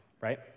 right